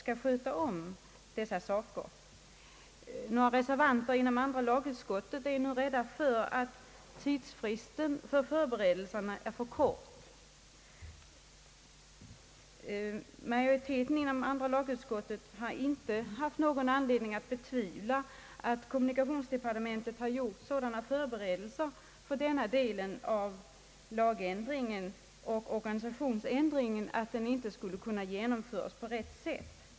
Några reservanter inom andra lagutskottet är nu rädda för att tidsfristen för förberedelserna är för kort. Majoriteten inom andra lagutskottet har inte haft någon anledning att betvivla att kommunikationsdepartementet gjort sådana förberedelser för denna del av organisationsändringen att den skall kunna genomföras på rätt sätt.